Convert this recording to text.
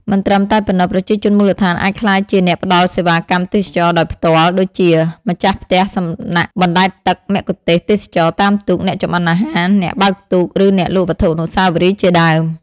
មិនត្រឹមតែប៉ុណ្ណោះ ប្រជាជនមូលដ្ឋានអាចក្លាយជាអ្នកផ្ដល់សេវាកម្មទេសចរណ៍ដោយផ្ទាល់ ដូចជាម្ចាស់ផ្ទះសំណាក់បណ្ដែតទឹក មគ្គុទ្ទេសក៍ទេសចរណ៍តាមទូក អ្នកចម្អិនអាហារ អ្នកបើកទូក ឬអ្នកលក់វត្ថុអនុស្សាវរីយ៍ជាដើម។